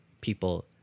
people